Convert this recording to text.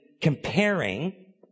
comparing